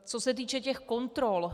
Co se týče těch kontrol.